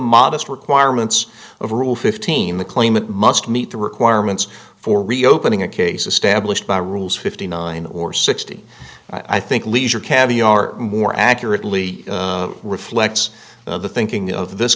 modest requirements of rule fifteen the claimant must meet the requirements for reopening a case of stablish by rules fifty nine or sixty i think leisure caviar more accurately reflects the thinking of this